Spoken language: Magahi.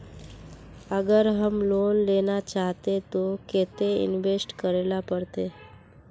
अगर हम लोन लेना चाहते तो केते इंवेस्ट करेला पड़ते?